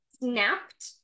snapped